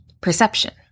perception